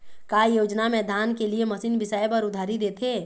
का योजना मे धान के लिए मशीन बिसाए बर उधारी देथे?